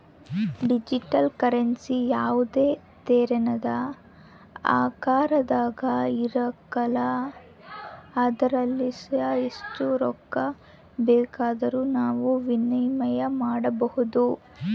digital currency ಯಾವುದೇ ತೆರನಾದ ಆಕಾರದಾಗ ಇರಕಲ್ಲ ಆದುರಲಾಸಿ ಎಸ್ಟ್ ರೊಕ್ಕ ಬೇಕಾದರೂ ನಾವು ವಿನಿಮಯ ಮಾಡಬೋದು